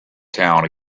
town